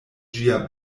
ĝia